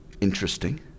Interesting